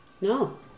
no